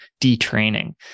detraining